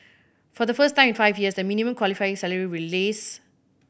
for the first time in five years the minimum qualifying salary will lease